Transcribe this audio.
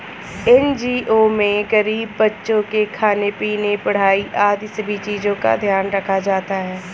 NGO में गरीब बच्चों के खाने पीने, पढ़ाई आदि सभी चीजों का ध्यान रखा जाता है